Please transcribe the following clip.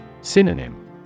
Synonym